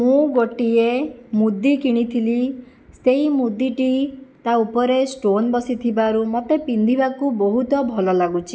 ମୁଁ ଗୋଟିଏ ମୁଦି କିଣିଥିଲି ସେହି ମୁଦିଟି ତା ଉପରେ ଷ୍ଟୋନ ବସିଥିବାରୁ ମୋତେ ପିନ୍ଧିବାକୁ ବହୁତ ଭଲ ଲାଗୁଛି